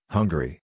Hungary